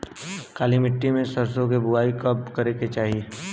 काली मिट्टी में सरसों के बुआई कब करे के चाही?